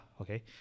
okay